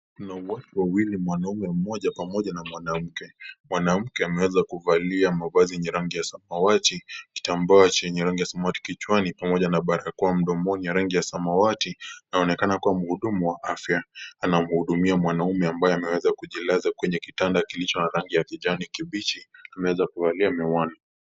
Kunao wawili mwanaume mmoja namwanamke . Mwanamke ameweza kuvalia mavazi yenye rangi ya samawawti , kitambaa chenye rangi ya samawati kichwani pamoja na barakoa mdomoni ya rangi ya samawati anaonekana kuwa mhudumu wa afya anamhudumia mwanaume ambaye ameweza kujilaza kwenye kitanda kilicho na rangi ya kijani kibichi amweweza kuvalia miwani.